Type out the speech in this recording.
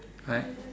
right